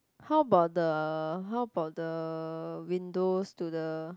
how about the how about the windows to the